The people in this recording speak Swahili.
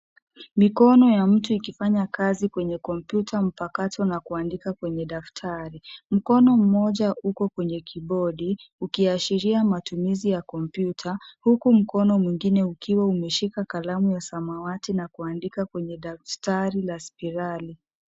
Mikono ya mtu ikifanya kazi kwenye kompyuta mpakato na kuandika kwenye daftari. Mkono mmoja uko kwenye kibodi ukiashiria matumizi ya kompyuta. Huku mkono mwingine ukiwa umeshika kalamu ya samawati na kuandika kwenye daftari la spirali.